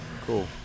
Cool